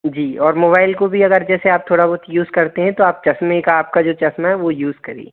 जी और मोबाइल को भी अगर जैसे आप थोड़ा बहुत यूज़ करते हैं तो आप चश्मे का आपका जो चश्मा है वो यूज करिए